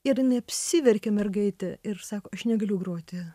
ir jinai apsiverkė mergaitė ir sako aš negaliu groti